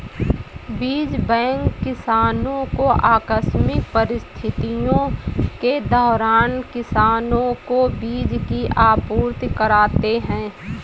बीज बैंक किसानो को आकस्मिक परिस्थितियों के दौरान किसानो को बीज की आपूर्ति कराते है